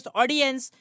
Audience